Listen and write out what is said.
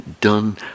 done